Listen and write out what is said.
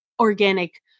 organic